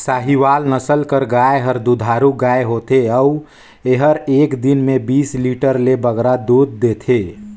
साहीवाल नसल कर गाय हर दुधारू गाय होथे अउ एहर एक दिन में बीस लीटर ले बगरा दूद देथे